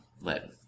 Let